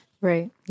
Right